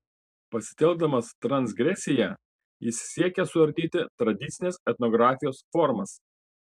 pasitelkdamas transgresiją jis siekia suardyti tradicinės etnografijos formas